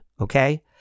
okay